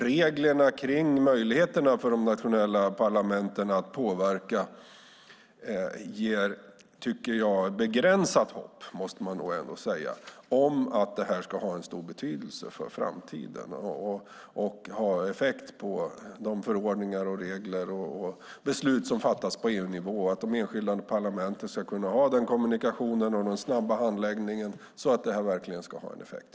Reglerna för möjligheterna för de nationella parlamenten att påverka ger begränsat hopp, måste man nog ändå säga, om att detta ska ha någon stor betydelse för framtiden och effekt på förordningar och regler och de beslut som fattas på EU-nivå. Ska de enskilda parlamenten kunna ha den kommunikationen och den snabba handläggningen så att detta verkligen har effekt?